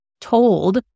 told